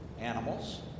animals